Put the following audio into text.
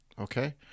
Okay